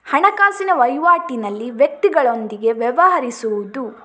ಹಣಕಾಸಿನ ವಹಿವಾಟಿನಲ್ಲಿ ವ್ಯಕ್ತಿಗಳೊಂದಿಗೆ ವ್ಯವಹರಿಸುವುದು